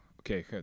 Okay